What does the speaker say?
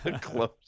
Close